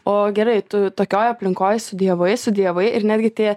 o gerai tu tokioj aplinkoj studijavai studijavai ir netgi tie